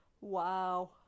wow